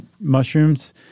mushrooms